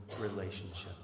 relationships